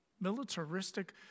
militaristic